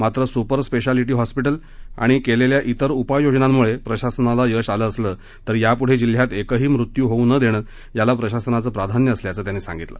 मात्र super speciality hospital आणि केलेल्या इतर उपाययोजनांमुळे प्रशासनाला यश आलं असलं तरी यापुढे जिल्ह्यात एकही मृत्यू होऊ न देणे याला प्रशासनाचं प्राधान्य असल्याचं त्यांनी सांगितलं